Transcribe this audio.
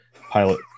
Pilot